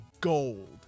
gold